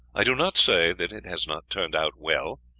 i do not say that it has not turned out well,